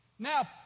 Now